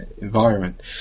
environment